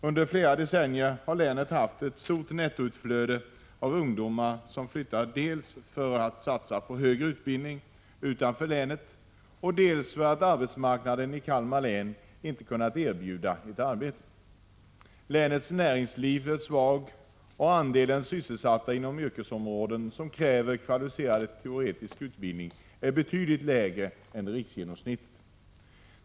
Under flera decennier har länet haft ett stort nettoutflöde av ungdomar som flyttat dels för att satsa på högre utbildning utanför länet, dels för att arbetsmarknaden i Kalmar län inte kunnat erbjuda ett arbete. Länets näringsliv är svagt, andelen sysselsatta inom yrkesområden som kräver kvalificerad teoretisk utbildning är betydligt lägre än riksgenomsnittet.